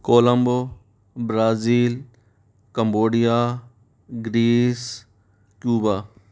Colombo Brazil Cambodia Greece Cuba